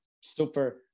super